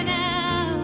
now